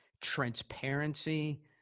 transparency